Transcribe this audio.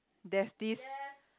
there's this